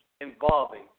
involving